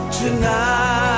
tonight